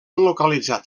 localitzat